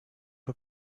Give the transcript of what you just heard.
peu